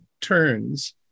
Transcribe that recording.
turns